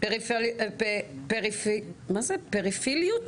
מה זה פראפיליות?